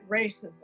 racism